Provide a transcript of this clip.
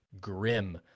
grim